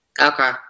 Okay